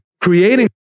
creating